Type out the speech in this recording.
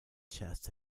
chess